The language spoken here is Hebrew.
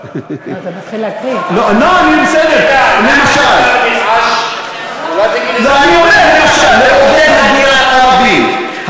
אולי תגיד, אני אומר, למשל, לעודד הגירת ערבים.